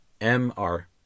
M-R